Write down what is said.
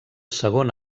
segon